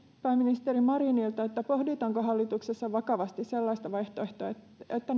pääministeri marinilta pohditaanko hallituksessa vakavasti sellaista vaihtoehtoa että